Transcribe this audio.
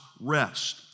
rest